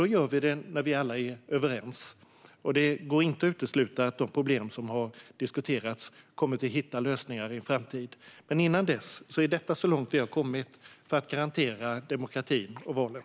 Vi gör dem när vi alla är överens. Det går inte att utesluta att de problem som har diskuterats kommer att få lösningar i en framtid. Men innan dess är detta så långt vi har kommit för att garantera demokratin och valen.